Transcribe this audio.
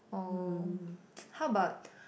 oh how about